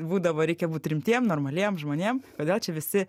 būdavo reikia būt rimtiem normaliem žmonėm kodėl čia visi